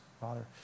Father